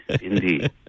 indeed